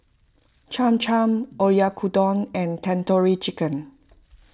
Cham Cham Oyakodon and Tandoori Chicken